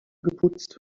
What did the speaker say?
geputzt